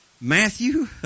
Matthew